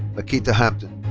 laquita hampton.